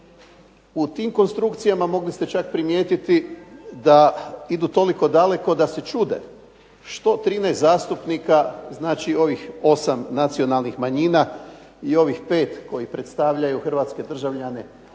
U tim konstrukcijama mogli ste čak primijetiti da idu toliko daleko da se čude što 13 zastupnika znači ovih 8 nacionalnih manjina i ovih 5 koji predstavljaju hrvatske državljane izvan